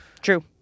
True